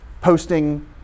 posting